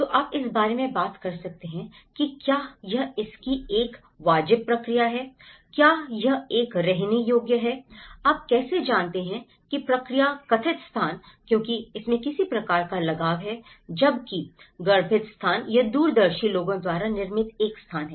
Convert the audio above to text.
तो आप इस बारे में बात कर सकते हैं कि क्या यह इसकी एक वाजिब प्रक्रिया है क्या यह एक रहने योग्य है आप कैसे जानते हैं की प्रक्रिया कथित स्थान क्योंकि इसमें किसी प्रकार का लगाव है जबकि गर्भित स्थान यह दूरदर्शी लोगों द्वारा निर्मित एक स्थान है